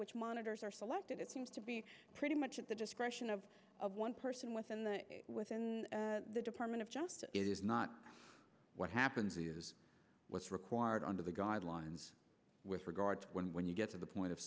which monitors are selected it seems to be pretty much at the discretion of one person within the within the department of justice it is not what happens here what's required under the guidelines with regard to when you get to the point of